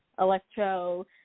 electro